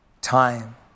time